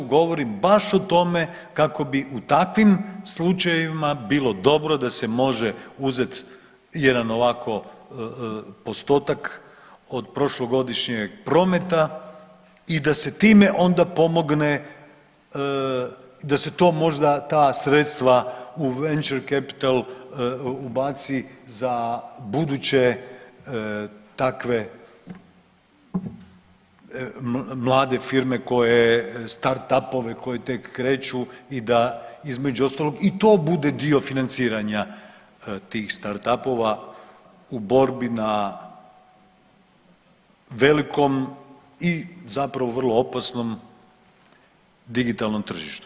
Govorim baš o tome kako bi u takvim slučajevima bilo dobro da se može uzeti jedan ovako postotak od prošlogodišnjeg prometa i da se time onda pomogne da se to možda ta sredstva u venture capital ubaci za buduće takve mlade firme Startup-ove koji tek kreću i da između ostalog i to bude dio financiranja tih Startup-ova u borbi na velikom i zapravo vrlo opasnom digitalnom tržištu.